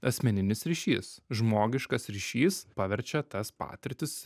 asmeninis ryšys žmogiškas ryšys paverčia tas patirtis